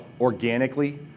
organically